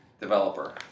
developer